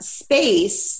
space